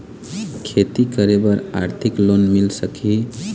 खेती करे बर आरथिक लोन मिल सकही?